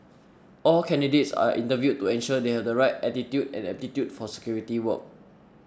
all candidates are interviewed to ensure they have the right attitude and aptitude for security work